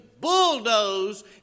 Bulldoze